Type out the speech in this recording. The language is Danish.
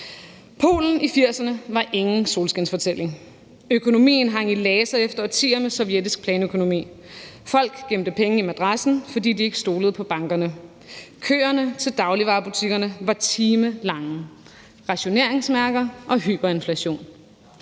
Polen i 1980'erne var ingen solskinsfortælling. Økonomien hang i laser efter årtier med sovjetisk planøkonomi, og folk gemte penge i madrassen, fordi de ikke stolede på bankerne. Køerne til dagligvarebutikkerne var timelange, og der var rationeringsmærker og hyperinflation.